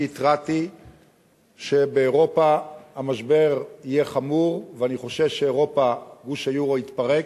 אני התרעתי שבאירופה המשבר יהיה חמור ואני חושש שגוש היורו יתפרק,